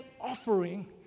offering